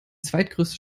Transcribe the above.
zweitgrößte